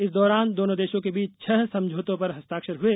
इस दौरान दोनों देशों के बीच छह समझौतों पर हस्ताक्षर हुए